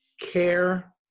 Care